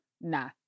Nah